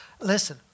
listen